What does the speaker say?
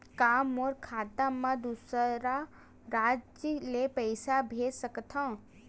का मोर खाता म दूसरा राज्य ले पईसा भेज सकथव?